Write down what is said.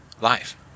life